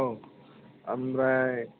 औ आमफ्राय